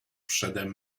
przede